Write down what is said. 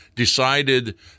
Decided